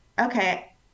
okay